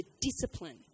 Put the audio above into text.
discipline